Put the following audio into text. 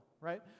right